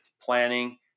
planning